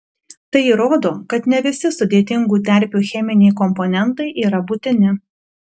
tai įrodo kad ne visi sudėtingų terpių cheminiai komponentai yra būtini